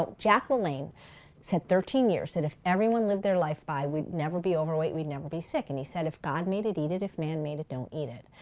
ah jack lalanne for thirteen years said if everyone lived their life by, we'd never be overweight, we'd never be sick. and he said if god made it, eat it. if man made it, don't eat it.